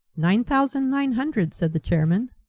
nine thousand nine hundred, said the chairman.